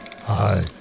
Hi